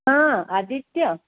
हां आदित्य